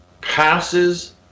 passes